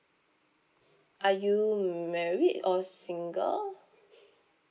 are you married or single